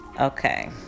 okay